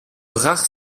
rares